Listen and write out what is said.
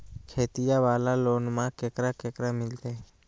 खेतिया वाला लोनमा केकरा केकरा मिलते?